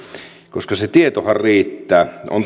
koska se tietohan riittää on